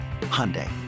Hyundai